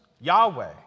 Yahweh